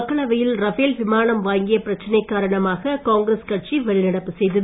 மக்களவையில் ரபேல் விமானம் வாங்கிய பிரச்சனை காரணமாக காங்கிரஸ் கட்சி வெளிநடப்பு செய்தது